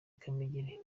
kamegeri